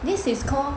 this is called